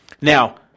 Now